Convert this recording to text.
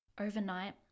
Overnight